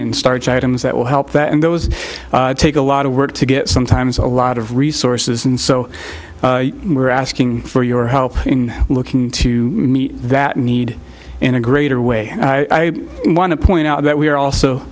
and starch items that will help that and those take a lot of work to get sometimes a lot of resources and so we're asking for your help in looking to meet that need in a greater i want to point out that we are also